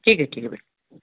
ठीक है ठीक मैम